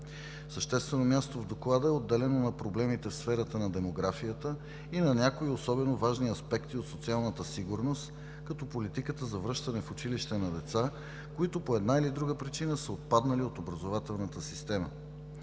Съществено място в Доклада е отделено на проблемите в сферата на демографията и на някои особено важни аспекти от социалната сигурност, като политиката за връщане в училище на деца, които по една или друга причина са отпаднали от образователната система.